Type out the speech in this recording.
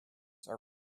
are